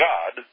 God